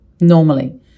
normally